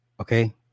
Okay